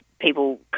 people